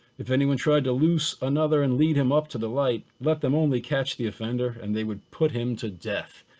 if anyone tried to lose another and lead him up to the light, let them only catch the offender and they would put him to death.